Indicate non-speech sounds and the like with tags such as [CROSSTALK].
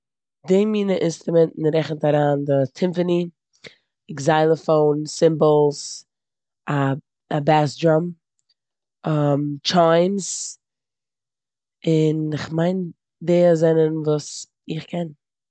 די מינע אינסטראמענטן רעכנט אריין די טימפאני, עקסזיילאפאון, צימבאלס, א בעס דראם, [HESITATION] טשיימס און כ'מיין די זענען וואס איך קען.